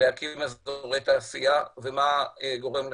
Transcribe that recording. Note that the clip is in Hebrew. להקים אזורי תעשייה ומה גורם לכך.